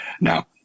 Now